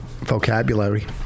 Vocabulary